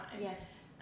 Yes